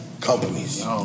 companies